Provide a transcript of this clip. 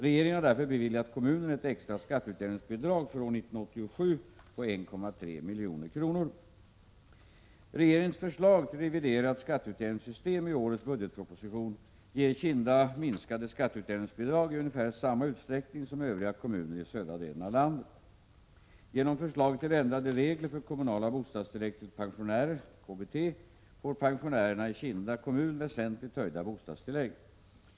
Regeringen har därför beviljat kommunen ett extra skatteutjämningsbidrag för år 1987 på 1,3 milj.kr. Regeringens förslag till reviderat skatteutjämningssystem i årets budgetproposition ger Kinda minskade skatteutjämningsbidrag i ungefär samma utsträckning som övriga kommuner i södra delen av landet. Genom förslaget till ändrade regler för kommunala bostadstillägg till pensionärer får pensionärerna i Kinda kommun väsentligt höjda bostadstillägg.